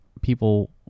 people